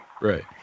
Right